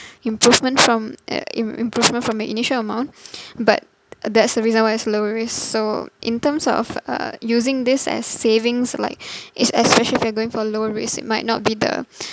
improvement from an im~ improvement from your initial amount but that's the reason why it's lower risk so in terms of uh using this as savings like it's especially if you are going for low risk it might not be the